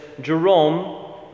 Jerome